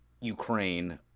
Ukraine